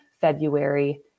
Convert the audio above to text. February